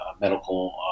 medical